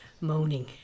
moaning